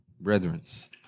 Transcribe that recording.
Brethren's